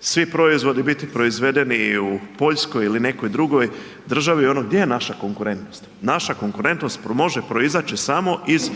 svi proizvodi biti proizvedeni u Poljskoj ili u nekoj drugoj državi ono gdje je naša konkurentnost? Naša konkurentnost može proizaći samo iz